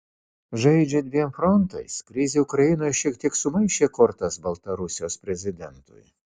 žaidžia dviem frontais krizė ukrainoje šiek tiek sumaišė kortas baltarusijos prezidentui